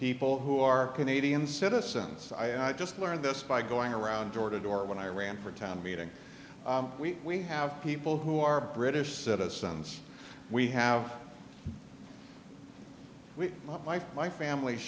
people who are canadian citizens so i just learned this by going around door to door when i ran for town meeting we have people who are british citizens we have we my my family